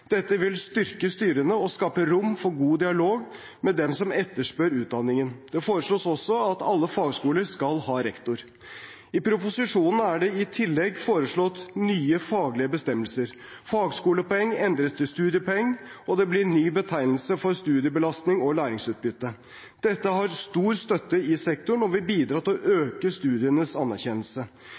Dette vil styrke styrene og skape rom for god dialog med dem som etterspør utdanningen. Det foreslås også at alle fagskoler skal ha en rektor. I proposisjonen er det i tillegg foreslått nye faglige bestemmelser. Fagskolepoeng endres til studiepoeng, og det blir ny betegnelse for studiebelastning og læringsutbytte. Dette har stor støtte i sektoren og vil bidra til å øke studienes anerkjennelse.